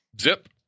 Zip